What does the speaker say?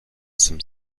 some